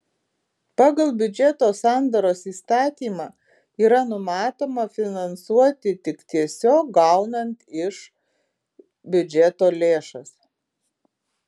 pagal biudžeto sandaros įstatymą yra numatoma finansuoti tik tiesiog gaunant iš biudžeto lėšas